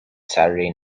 saturday